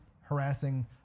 harassing